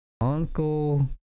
uncle